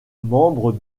membre